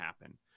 happen